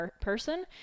person